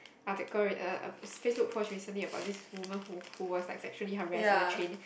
article uh Facebook post recently about this woman who who was like sexually harassed on the train